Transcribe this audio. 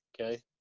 okay